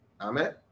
Amen